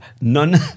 none